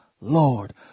Lord